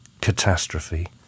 Catastrophe